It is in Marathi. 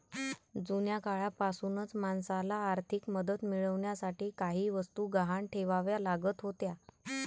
जुन्या काळापासूनच माणसाला आर्थिक मदत मिळवण्यासाठी काही वस्तू गहाण ठेवाव्या लागत होत्या